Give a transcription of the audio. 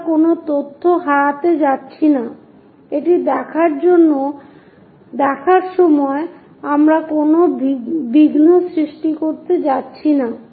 আমরা কোন তথ্য হারাতে যাচ্ছি না এটি দেখার সময় আমরা কোন বিঘ্ন সৃষ্টি করতে যাচ্ছি না